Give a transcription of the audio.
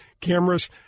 cameras